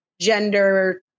gender